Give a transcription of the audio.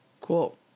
cool